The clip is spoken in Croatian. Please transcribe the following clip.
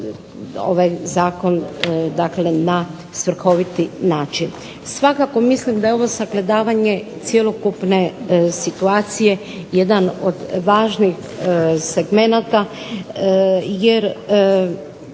ovaj zakon dakle na svrhoviti način. Svakako mislim da je ovo sagledavanje cjelokupne situacije jedan od važnih segmenata, jer